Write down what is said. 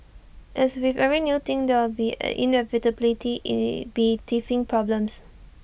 as with every new thing there will inevitably be teething problems